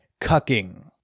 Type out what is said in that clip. cucking